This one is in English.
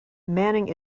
manning